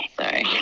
Sorry